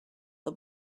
the